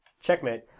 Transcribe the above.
Checkmate